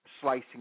slicing